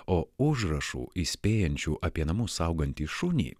o užrašų įspėjančių apie namus saugantį šunį